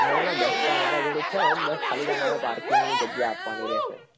ના ના બસ તો અમારા જોડે છે જ તમારે ખાલી પાર્કિંગની જગ્યા આપવાની રહેશે